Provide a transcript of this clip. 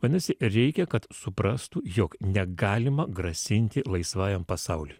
vadinasi reikia kad suprastų jog negalima grasinti laisvajam pasauliui